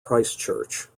christchurch